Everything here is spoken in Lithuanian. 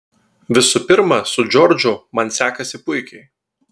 visų pirma su džordžu man sekasi puikiai